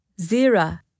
Zira